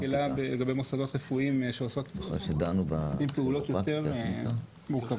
מקלה לגבי מוסדות רפואיים שעושים פעולות יותר מורכבות.